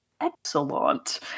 excellent